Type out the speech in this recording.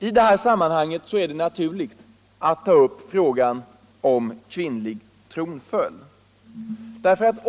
I detta sammanhang är det naturligt att ta upp frågan om kvinnlig tronföljd.